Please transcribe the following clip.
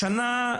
השנה,